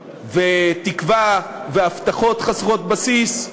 ותקווה, והבטחות חסרות בסיס,